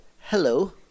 Hello